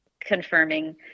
confirming